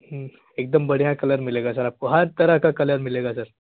हम्म एकदम बढ़िया कलर मिलेगा सर आपको हर तरह का कलर मिलेगा सर